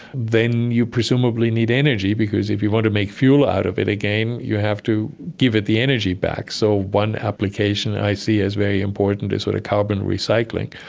then you presumably need energy because if you want to make fuel out of it again you have to give it the energy back. so one application i see is very important is sort of carbon recycling.